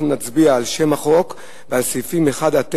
אנחנו נצביע על שם החוק ועל סעיפים 1 9,